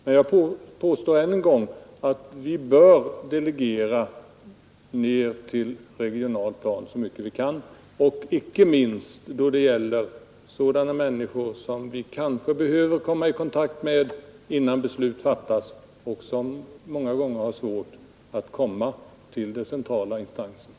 Men jag påstår än en gång att vi bör delegera ner till regionalt plan så mycket vi kan, icke minst då det gäller sådana människor som vi kanske behöver nå kontakt med innan beslut fattas och som många gånger har svårt att komma till de centrala instanserna.